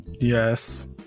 Yes